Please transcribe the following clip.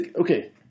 Okay